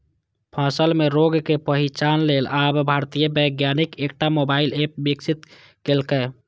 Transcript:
फसल मे रोगक पहिचान लेल आब भारतीय वैज्ञानिक एकटा मोबाइल एप विकसित केलकैए